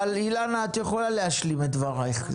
אבל אילנה, את יכולה להשלים את דברייך.